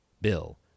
bill